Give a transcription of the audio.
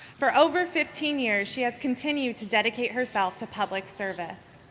for over fifteen years, she has continued to dedicate herself to public service.